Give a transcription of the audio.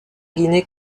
guinée